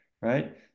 right